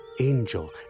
angel